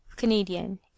Canadian